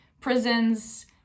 prisons